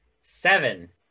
Seven